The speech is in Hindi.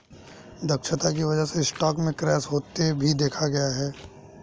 दक्षता की वजह से स्टॉक में क्रैश होते भी देखा गया है